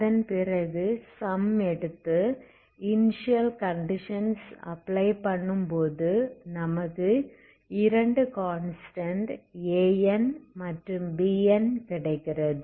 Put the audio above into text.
அதன் பிறகு சம் எடுத்து இனிஸியல் கண்டிஷன்ஸ் அப்ளை பண்ணும்போது நமக்கு இரண்டு கான்ஸ்டன்ட் An மற்றும் Bn கிடைக்கிறது